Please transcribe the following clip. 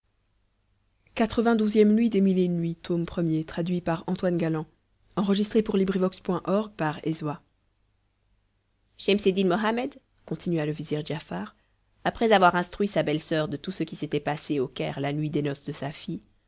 schemseddin mohammed continua le vizir giafar après avoir instruit sa belle-soeur de tout ce qui s'était passé au caire la nuit des noces de sa fille